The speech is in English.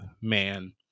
man